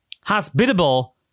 hospitable